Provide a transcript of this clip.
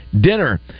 Dinner